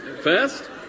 First